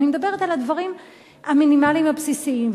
אני מדברת על הדברים המינימליים והבסיסיים,